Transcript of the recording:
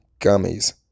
gummies